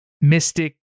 mystic